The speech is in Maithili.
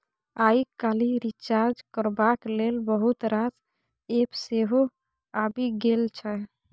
आइ काल्हि रिचार्ज करबाक लेल बहुत रास एप्प सेहो आबि गेल छै